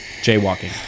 Jaywalking